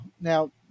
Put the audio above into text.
Now